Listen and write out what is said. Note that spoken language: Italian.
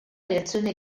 reazione